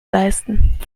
leisten